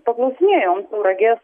paklausinėjom tauragės